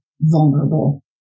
vulnerable